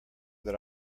that